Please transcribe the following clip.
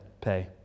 pay